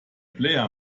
player